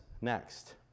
next